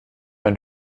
ein